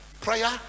prayer